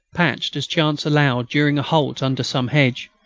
patched as chance allowed during a halt under some hedge,